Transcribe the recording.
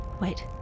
Wait